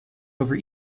over